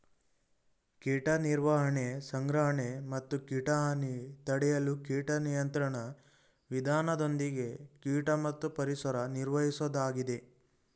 ಕೀಟ ನಿರ್ವಹಣೆ ಸಂಗ್ರಹಣೆ ಮತ್ತು ಕೀಟ ಹಾನಿ ತಡೆಯಲು ಕೀಟ ನಿಯಂತ್ರಣ ವಿಧಾನದೊಂದಿಗೆ ಕೀಟ ಮತ್ತು ಪರಿಸರ ನಿರ್ವಹಿಸೋದಾಗಿದೆ